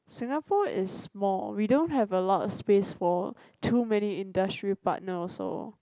Singapore is small we don't have a lot of space for too many industry partner also